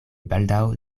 baldaŭ